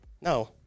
No